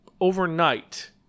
overnight